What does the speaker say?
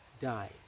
died